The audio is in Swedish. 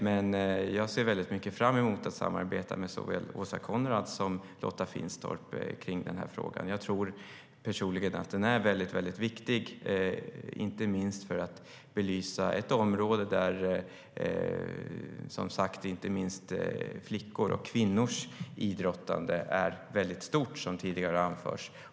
Men jag ser starkt fram emot att samarbeta med såväl Åsa Coenraads som Lotta Finstorp kring den här frågan. Jag tror personligen att den är väldigt viktig, inte minst för att belysa ett område där flickors och kvinnors idrottande är väldigt stort, som tidigare har anförts.